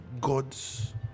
God's